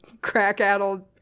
crack-addled